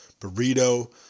burrito